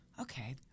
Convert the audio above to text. Okay